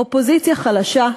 אופוזיציה חלשה,